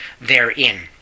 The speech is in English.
therein